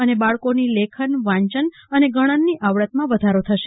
અનેબાળકોની લેખ ન વાંચન અને ગણનની આવડતમાં વધારો થશે